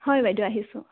হয় বাইদেউ আহিছোঁ